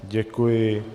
Děkuji.